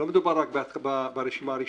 לא מדובר רק ברשימה הראשונית,